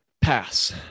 Pass